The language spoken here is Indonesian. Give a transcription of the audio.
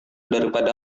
daripada